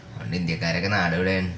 അതു കൊണ്ട് ഇന്ത്യക്കാരൊക്കെ നാട് വിടുകയാണ്